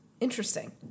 Interesting